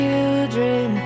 Children